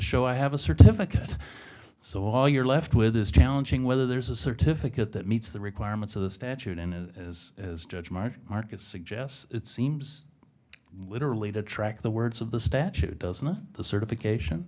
show i have a certificate so all you're left with is challenging whether there is a certificate that meets the requirements of the statute and as judge mike market suggests it seems literally to track the words of the statute does not the certification